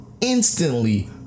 instantly